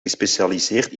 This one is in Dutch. gespecialiseerd